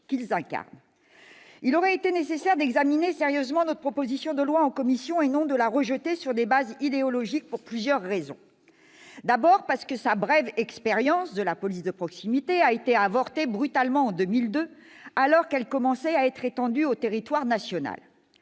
qu'ils incarnent. Il aurait été nécessaire d'examiner sérieusement notre proposition de loi en commission, et non de la rejeter sur des bases idéologiques. En effet, la brève expérience de la police de proximité a brutalement pris fin en 2002, alors qu'elle commençait à être étendue au territoire national.